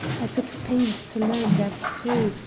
i took pains to learn that, too,